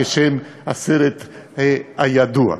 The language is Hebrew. כשם הסרט הידוע.